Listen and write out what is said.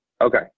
Okay